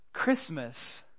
Christmas